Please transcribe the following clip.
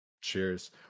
cheers